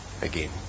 again